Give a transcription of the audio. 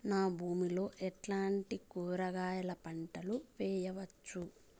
నా భూమి లో ఎట్లాంటి కూరగాయల పంటలు వేయవచ్చు?